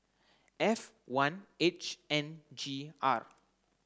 F one H N G R